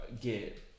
get